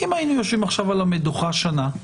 אם היינו יושבים עכשיו על המדוכה שנה,